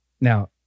Now